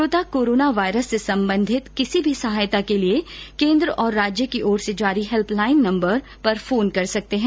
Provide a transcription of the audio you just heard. श्रोता corona virus से संबंधित किसी भी सहायता के लिए केन्द्र और राज्य की ओर से जारी हेल्प लाइन नम्बर पर फोन कर सकते हैं